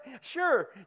sure